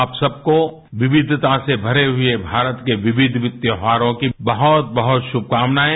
आप सबको विविधता से भरे हुए भारत के विविध विविध त्यौहारों की बहुत बहुत शुभकामनाएं